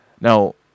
Now